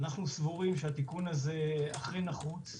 אנחנו סבורים שהתיקון הזה הוא אכן נחוץ.